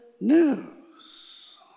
news